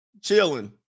chilling